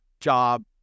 job